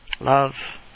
love